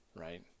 right